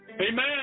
Amen